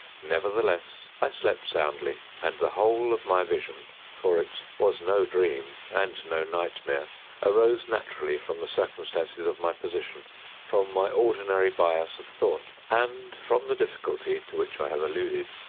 nevertheless, i slept soundly, and the whole of my vision for it was no dream, and no nightmare arose naturally from the circumstances of my position from my ordinary bias of thought and from the difficulty, to which i have alluded,